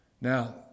Now